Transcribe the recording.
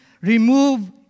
remove